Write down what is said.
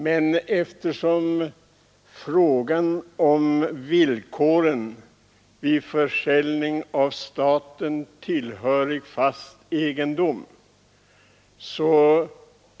Det gäller villkoren för försäljning av staten tillhörig fast egendom.